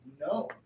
No